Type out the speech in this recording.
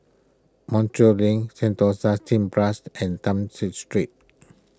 Montreal Link Sentosa Cineblast and Townshend Street